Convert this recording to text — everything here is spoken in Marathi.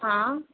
हां